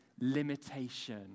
limitation